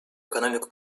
экономики